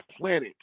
planet